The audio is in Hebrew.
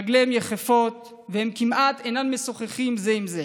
רגליהם יחפות והם כמעט אינם משוחחים זה עם זה.